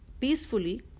peacefully